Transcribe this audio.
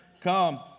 Come